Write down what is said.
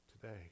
today